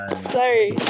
Sorry